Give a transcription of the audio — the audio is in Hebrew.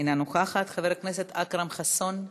אינה נוכחת, חבר הכנסת אכרם חסון,